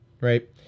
right